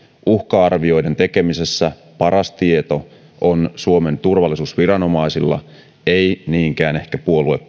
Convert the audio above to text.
uhka arvioiden tekemisessä paras tieto on suomen turvallisuusviranomaisilla ei niinkään ehkä puoluekoneistoilla